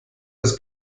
ist